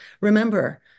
remember